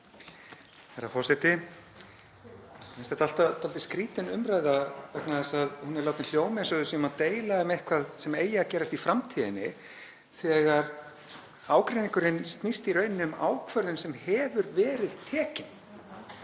Herra forseti. Mér finnst þetta alltaf dálítið skrýtin umræða vegna þess að hún er látin hljóma eins og við séum að deila um eitthvað sem eigi að gerast í framtíðinni þegar ágreiningurinn snýst í rauninni um ákvörðun sem hefur verið tekin.